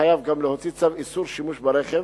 חייב גם להוציא צו איסור שימוש ברכב